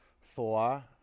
Four